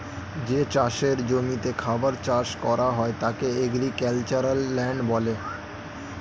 যে চাষের জমিতে খাবার চাষ করা হয় তাকে এগ্রিক্যালচারাল ল্যান্ড বলে